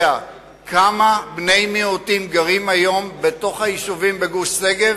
כמה בני מיעוטים גרים היום בתוך היישובים בגוש-שגב?